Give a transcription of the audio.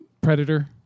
Predator